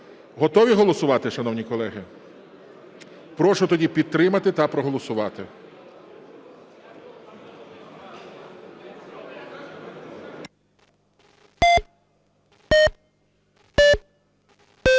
Готові голосувати, шановні колеги? Прошу тоді підтримати та проголосувати.